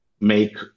make